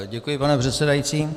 Děkuji, pane předsedající.